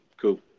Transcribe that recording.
cool